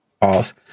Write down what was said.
Pause